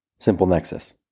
SimpleNexus